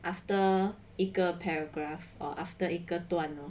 after 一个 paragraph or after 一个段